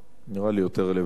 נראה לי יותר רלוונטי.